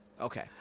Okay